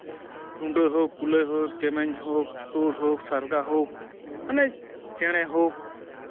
ᱨᱩᱸᱰᱟᱹ ᱦᱳᱠ ᱠᱩᱞᱟᱹᱭ ᱦᱳᱠ ᱪᱮᱢᱮᱧ ᱦᱳᱠ ᱛᱩᱲ ᱦᱳᱠ ᱥᱟᱨᱜᱟ ᱦᱳᱠ ᱢᱟᱱᱮ ᱪᱮᱬᱮ ᱦᱳᱠ